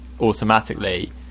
automatically